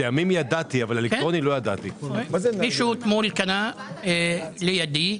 מישהו אתמול קנה לידי.